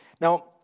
Now